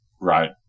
Right